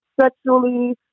sexually